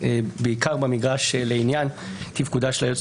בעיקר במגרש של עניין תפקודה של היועצת